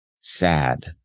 sad